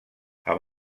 amb